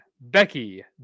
Becky